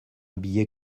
habillé